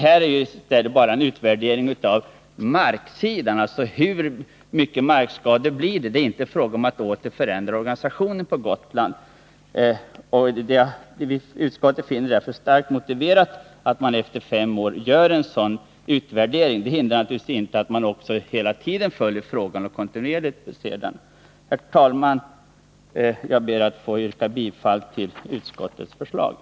Här gäller det bara en utvärdering av markfrågan, inte av organisationen. Utskottet finner det därför starkt motiverat att efter fem år göra en utvärdering. Det hindrar naturligtvis inte att man kontinuerligt följer frågan. Herr talman! Jag ber att få yrka bifall till utskottets hemställan.